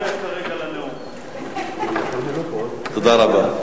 תודה רבה.